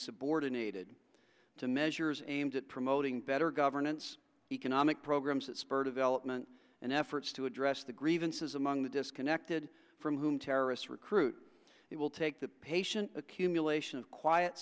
subordinated to measures aimed at promoting better governance economic programs that spur development and efforts to address the grievances among the disconnected from whom terrorists recruit it will take the patient accumulation of quiet